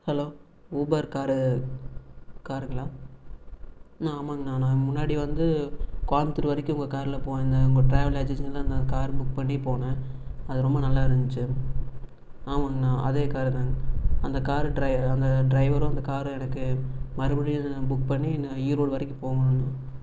hello Uber car காருங்களா ஆமாங்கண்ணா நான் முன்னாடி வந்து கோயமுத்தூர் வரைக்கும் உங்கள் காரில் போயிருந்தேன் உங்கள் ட்ராவல் ஏஜென்சியில் தான் நான் கார் புக் பண்ணி போனேன் அது ரொம்ப நல்லாயிருந்துச்சு ஆமாங்கண்ணா அதே காரு தான் அந்த காரு ட்ரைவர் அந்த டிரைவரும் அந்த காரும் எனக்கு மறுபடியும் புக் பண்ணி நான் ஈரோடு வரைக்கும் போகணும்ணா